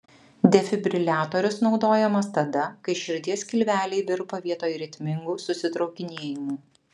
defibriliatorius naudojamas tada kai širdies skilveliai virpa vietoj ritmingų susitraukinėjimų